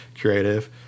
creative